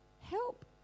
Help